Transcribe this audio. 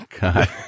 God